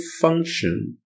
function